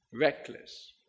reckless